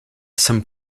some